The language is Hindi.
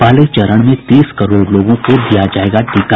पहले चरण में तीस करोड़ लोगों को दिया जायेगा टीका